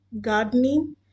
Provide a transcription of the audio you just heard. gardening